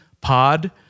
POD